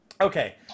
okay